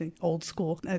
old-school